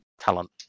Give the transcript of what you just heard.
Talent